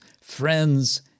friends